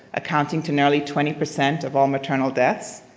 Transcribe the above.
accounting to nearly twenty percent of all maternal deaths.